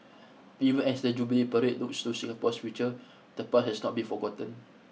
even as the Jubilee parade looks to Singapore's future the part has not be forgotten